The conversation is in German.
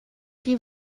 die